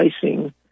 pricing